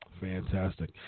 Fantastic